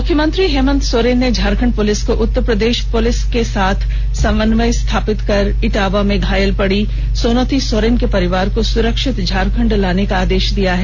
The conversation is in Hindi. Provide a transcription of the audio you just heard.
मुख्यमंत्री हेमन्त सोरेन ने झारखण्ड पुलिस को उत्तर प्रदेश पुलिस से समन्वय स्थापित कर इटावा में घायल पड़ी सोनोति सोरेन के परिवार को सुरक्षित झारखण्ड लाने का आदेश दिया है